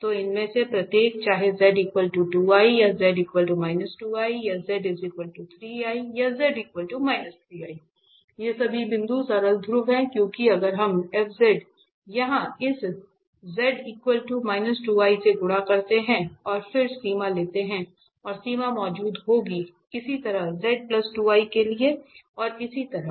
तो इनमें से प्रत्येक चाहे z 2 i या z 2 i या z 3 i या z 3 i ये सभी बिंदु सरल ध्रुव हैं क्योंकि अगर हम f यहां इस z 2 i से गुणा करते हैं और फिर सीमा लेते हैं और सीमा मौजूद होगी इसी तरह z 2 i के लिए और इसी तरह